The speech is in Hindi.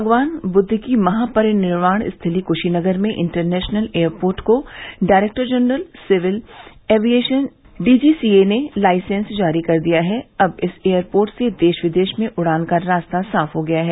भगवान बुद्व की महापरिनिर्वाण स्थली कृशीनगर में इंटरनेशनल एयरपोर्ट को director general civil aviation DGCA ने लाइसेंस जारी कर दिया है अब इस एयरपोर्ट से देश विदेश में उड़ान का रास्ता साफ हो गया है